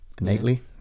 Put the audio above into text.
Innately